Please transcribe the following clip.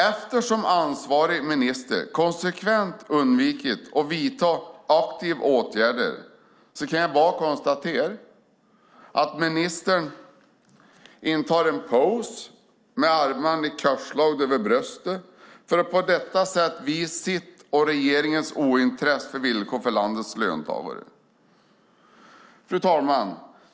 Eftersom ansvarig minister konsekvent undvikit aktiva åtgärder kan jag bara konstatera att ministern intar en pose med armarna korslagda över bröstet för att på detta sätt visa sitt och regeringens ointresse för villkoren för landets löntagare. Fru talman!